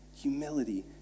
humility